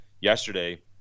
yesterday –